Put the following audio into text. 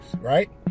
right